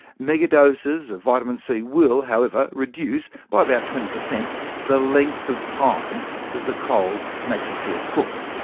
megadoses of vitamin c will, however, reduce by about twenty per cent the length of time that the cold makes you feel crook.